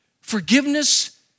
forgiveness